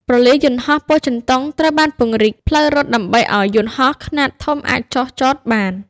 ព្រលានយន្តហោះពោធិ៍ចិនតុងត្រូវបានពង្រីកផ្លូវរត់ដើម្បីឱ្យយន្តហោះខ្នាតធំអាចចុះចតបាន។